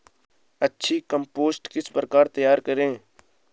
अच्छी कम्पोस्ट किस प्रकार तैयार करें?